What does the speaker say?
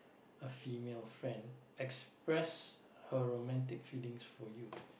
a female friend express her romantic feelings for you